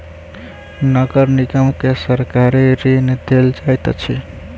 नगर निगम के सरकारी ऋण देल जाइत अछि